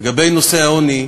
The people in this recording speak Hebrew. לגבי נושא העוני,